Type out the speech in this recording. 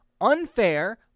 Unfair